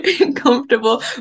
uncomfortable